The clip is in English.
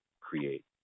create